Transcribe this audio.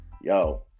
Yo